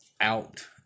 out